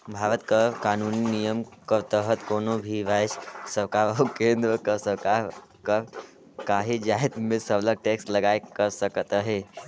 भारत कर कानूनी नियम कर तहत कोनो भी राएज सरकार अउ केन्द्र कर सरकार हर काहीं जाएत में सरलग टेक्स लगाए सकत अहे